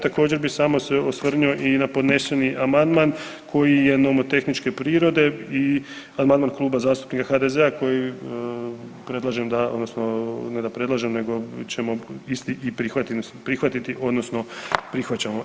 Također bi samo se osvrnuo i na podneseni amandman koji je nomotehničke prirode i amandman Kluba zastupnika HDZ-a koji predlažem da odnosno ne da predlažem nego ćemo isti i prihvatiti odnosno prihvaćamo.